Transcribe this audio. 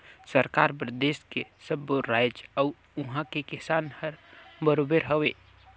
सरकार बर देस के सब्बो रायाज अउ उहां के किसान हर बरोबर हवे